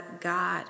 God